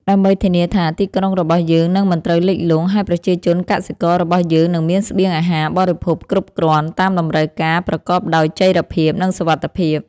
ដើម្បីធានាថាទីក្រុងរបស់យើងនឹងមិនត្រូវលិចលង់ ហើយប្រជាជនកសិកររបស់យើងនឹងមានស្បៀងអាហារបរិភោគគ្រប់គ្រាន់តាមតម្រូវការប្រកបដោយចីរភាព និងសុវត្ថិភាព។